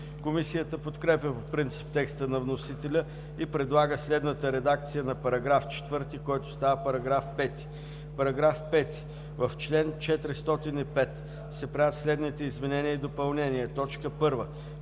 Комисията подкрепя по принцип текста на вносителя и предлага следната редакция на § 4, който става § 5: „§ 5. В чл. 405 се правят следните изменения и допълнения: „1.